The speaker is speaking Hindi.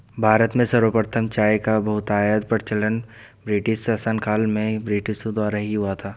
भारत में सर्वप्रथम चाय का बहुतायत प्रचलन ब्रिटिश शासनकाल में ब्रिटिशों द्वारा ही हुआ था